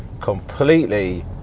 completely